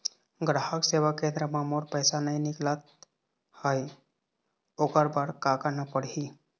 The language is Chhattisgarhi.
ग्राहक सेवा केंद्र म मोर पैसा नई निकलत हे, ओकर बर का करना पढ़हि?